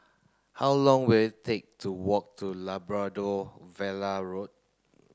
how long will it take to walk to Labrador Villa Road